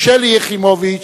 שלי יחימוביץ,